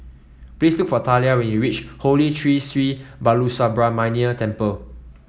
please look for Talia when you reach Holy Tree Sri Balasubramaniar Temple